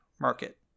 market